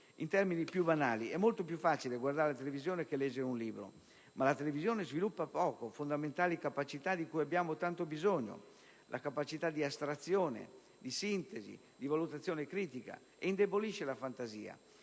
In termini più banali, è molto più facile guardare la televisione che leggere un libro. Ma la televisione sviluppa poco fondamentali capacità di cui abbiamo tanto bisogno, la capacità di astrazione, di sintesi, di valutazione critica, e indebolisce la fantasia.